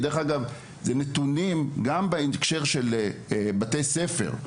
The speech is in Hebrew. דרך אגב, אלה נתונים גם בהקשר של בתי ספר.